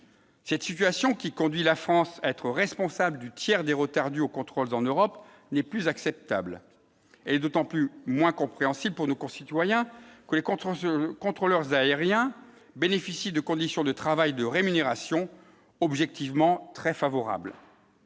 Cette situation, qui conduit la France à être responsable du tiers des retards dus aux contrôles en Europe n'est plus acceptable et d'autant plus moins compréhensible pour nos concitoyens, que les contentieux contrôleur aérien bénéficie de conditions de travail de rémunération objectivement très favorable